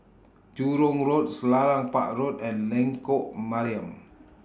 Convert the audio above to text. Jurong Road Selarang Park Road and Lengkok Mariam